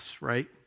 right